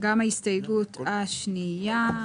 גם ההסתייגות השנייה.